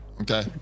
okay